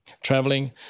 traveling